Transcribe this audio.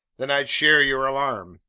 then i'd share your alarm.